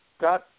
got